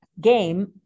game